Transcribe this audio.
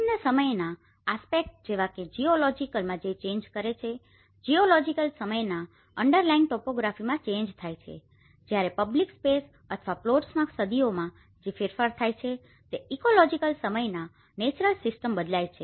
ભિન્ન સમયના આસ્પેક્ટ જેવા કે જીઓલોજીકલ માં જે ચેન્જ કરે છે જીઓલોજીકલ સમયના અંડરલાયિંગ ટોપોગ્રાફીમાં ચેન્જ થાય છે જ્યારે પબ્લિક સ્પેસ અથવા પ્લોટ્સમાં સદીઓમાં જે ફેરફાર થાય છે તે ઇકોલોજીકલ સમયમાં નેચરલ સીસ્ટમ બદલાય છે